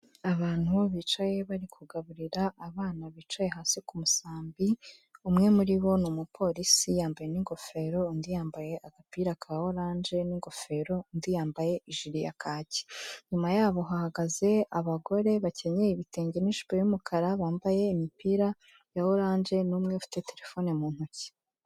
Abantu bicaye bari kugaburira abana bicaye hasi ku musambi, umwe muri bo ni umupolisi yambaye n'ingofero undi yambaye agapira ka oranje n'ingofero, undi yambaye ijire ya kaki. Inyuma yabo hahagaze abagore bakenyeye ibitenge n'ijipo y'umukara, bambaye imipira ya oranje n'umwe ufite telefone mu ntoki.